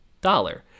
dollar